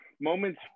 moments